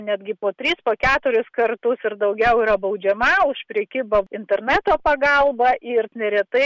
netgi po tris po keturis kartus ir daugiau yra baudžiama už prekybą interneto pagalba ir neretai